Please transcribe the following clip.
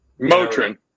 Motrin